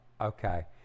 okay